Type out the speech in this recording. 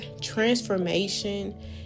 transformation